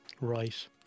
right